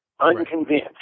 Unconvinced